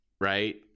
right